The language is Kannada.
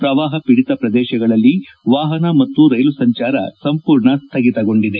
ಪ್ರವಾಹ ಪೀಡಿತ ಪ್ರದೇಶಗಳಲ್ಲಿ ವಾಹನ ಮತ್ತು ರೈಲು ಸಂಚಾರ ಸಂಪೂರ್ಣ ಸ್ಥಗಿತಗೊಂಡಿದೆ